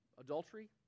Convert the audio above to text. adultery